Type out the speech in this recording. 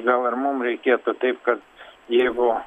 gal ir mum reikėtų taip kad jeigu